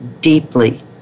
deeply